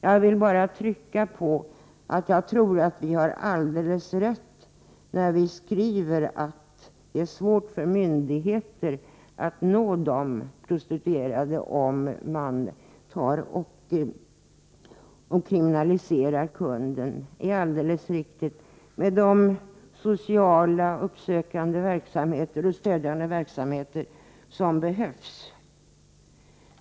Jag vill bara trycka på att jag tror att det vi skriver — att det är svårt för myndigheter att nå de prostituerade med de uppsökande och stödjande sociala verksamheter som behövs, om man kriminaliserar kunden — är alldeles riktigt.